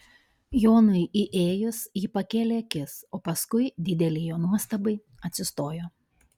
jonui įėjus ji pakėlė akis o paskui didelei jo nuostabai atsistojo